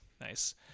Nice